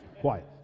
Quiet